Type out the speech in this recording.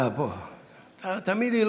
תאמין לי,